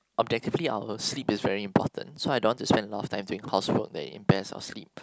objectively our sleep is very important so I don't want to spend a lot of time doing housework that impairs our sleep